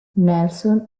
nelson